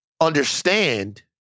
understand